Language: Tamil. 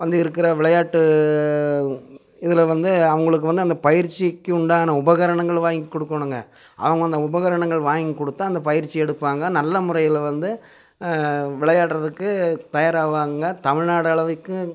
வந்து இருக்கிற விளையாட்டு இதில் வந்து அவங்களுக்கு வந்து அந்த பயிற்சிக்கு உண்டான உபகரணங்கள் வாங்கி குடுக்கணுங்க அவங்க அந்த உபகரணங்கள் வாங்கிக் கொடுத்து அந்தப் பயிற்சி எடுப்பாங்க நல்ல முறையில் வந்து விளையாடுறதுக்கு தயார் ஆவாங்க தமிழ்நாடு அளவுக்கு